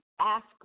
ask